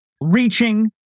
reaching